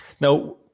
Now